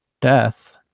death